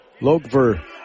Logver